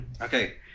Okay